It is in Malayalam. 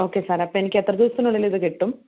ഓക്കെ സാർ അപ്പോൾ എനിക്ക് എത്ര ദിവസത്തിനുള്ളിൽ ഇത് കിട്ടും